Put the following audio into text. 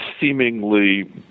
seemingly